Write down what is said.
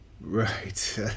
Right